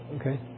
Okay